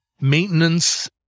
maintenance